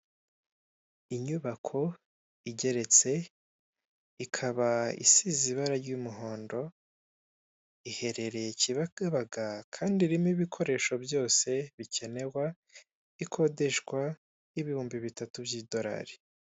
Inyubako igeretse ikaba isize ibara ry'umuhondo, ihereye Kibagabaga kandi irimo ibikoresho byose bikenerwa. Ikodeshwa ibihumbi bitatu by'idorari.